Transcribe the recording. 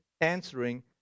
answering